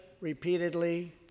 repeatedly